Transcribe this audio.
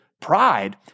pride